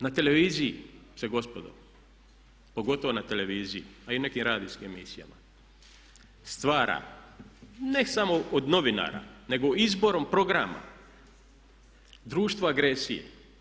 Na televiziji se gospodo, pogotovo na televiziji a i nekim radijskim emisijama stara ne samo od novinara nego izborom programa društvo agresije.